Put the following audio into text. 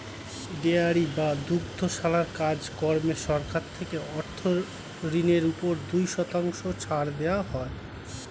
dairy বা দুগ্ধশালার কাজ কর্মে সরকার থেকে অর্থ ঋণের উপর দুই শতাংশ ছাড় দেওয়া হয়